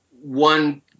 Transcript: one